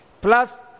plus